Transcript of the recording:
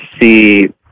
see